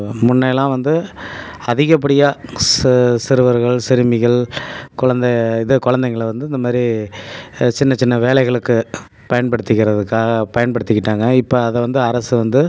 முன்னையெல்லாம் வந்து அதிகப்படியாக சிறுவர்கள் சிறுமிகள் கொழந்த இது கொழந்தைங்கள வந்து இந்த மாதிரி சின்ன சின்ன வேலைகளுக்கு பயன்படுத்திக்கிறதுக்காக பயன்படுத்திக்கிட்டாங்கள் இப்போ அதை வந்து அரசு வந்து